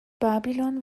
babylon